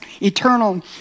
eternal